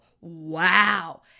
Wow